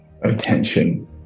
Attention